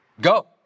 Go